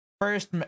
first